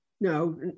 no